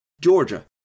Georgia